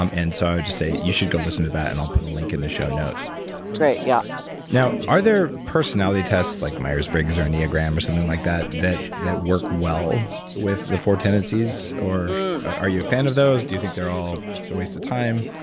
um and so i would just say you should go listen to that, and i'll put a link in the show notes great. yeah now, are there personality tests like myers-briggs or enneagrams or something like that that that work well with the four tendencies, or are you a fan of those? do you think they're all a waste of time?